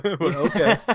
Okay